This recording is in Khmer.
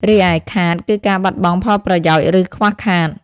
រីឯ "ខាត" គឺការបាត់បង់ផលប្រយោជន៍ ឬខ្វះខាត។